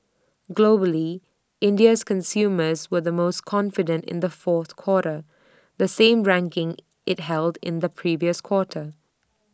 globally India's consumers were the most confident in the fourth quarter the same ranking IT held in the previous quarter